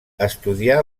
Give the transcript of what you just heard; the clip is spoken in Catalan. estudià